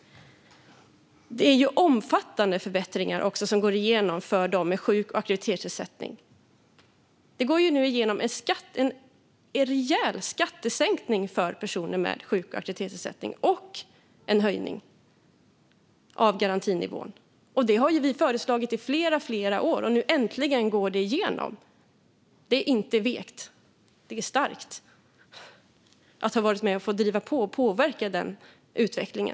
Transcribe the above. Det är omfattande förbättringar som går igenom för dem med sjuk och aktivitetsersättning. Det går nu igenom en rejäl skattesänkning för personer med sjuk och aktivitetsersättning. Garantinivån höjs också. Detta har vi föreslagit i flera år, och nu går det äntligen igenom. Det är inte vekt utan starkt att ha varit med och drivit på och påverkat denna utveckling.